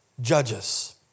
judges